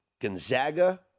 Gonzaga